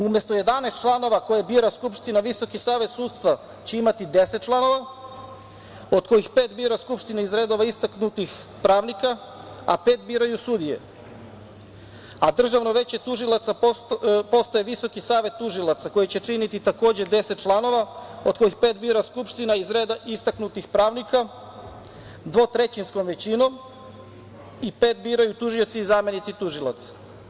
Umesto 11 članova koje bira Skupština, VSS će imati 10 članova od kojih pet bira Skupština iz redova istaknutih pravnika, a pet biraju sudije, a Državno veće tužilaca postaje Visoki savet tužilaca, koji će činiti takođe 10 članova, od kojih pet bira Skupština iz reda istaknutih pravnika dvotrećinskom većinom i pet biraju tužioci i zamenici tužilaca.